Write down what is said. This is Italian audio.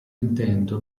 intento